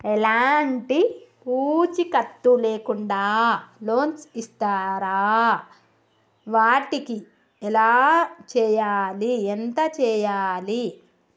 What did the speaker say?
ఎలాంటి పూచీకత్తు లేకుండా లోన్స్ ఇస్తారా వాటికి ఎలా చేయాలి ఎంత చేయాలి?